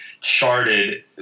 charted –